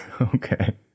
Okay